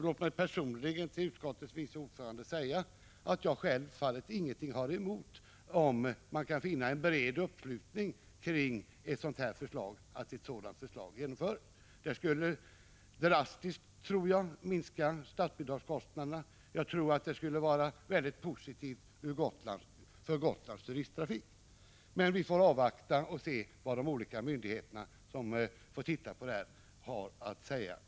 Låt mig bara säga till utskottets vice ordförande att jag självfallet inte har någonting emot en bred uppslutning kring ett genomförande av ett sådant förslag som det här är fråga om. Jag tror att statsbidragskostnaderna skulle minska drastiskt, och det skulle säkert vara mycket positivt med tanke på Gotlands turisttrafik. Men vi får avvakta och se vad de olika myndigheterna har att säga.